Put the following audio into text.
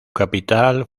capital